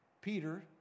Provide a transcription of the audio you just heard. Peter